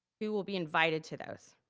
who will be invited to those?